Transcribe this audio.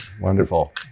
Wonderful